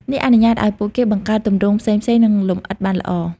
នេះអនុញ្ញាតឱ្យពួកគេបង្កើតទម្រង់ផ្សេងៗ និងលម្អិតបានល្អ។